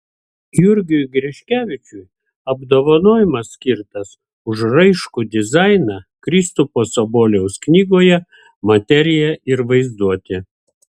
jurgiui griškevičiui apdovanojimas skirtas už raiškų dizainą kristupo saboliaus knygoje materija ir vaizduotė